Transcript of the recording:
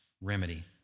remedy